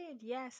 Yes